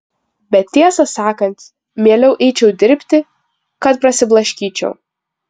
bet tiesą sakant mieliau eičiau dirbti kad prasiblaškyčiau